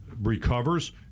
recovers